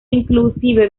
inclusive